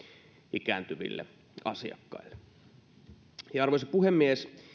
ikääntyville asiakkaille arvoisa puhemies